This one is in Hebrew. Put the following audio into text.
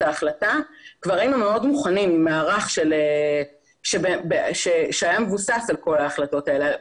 ההחלטה כבר היינו מאוד מוכנים עם מערך שהיה מבוסס על כל ההחלטות האלה.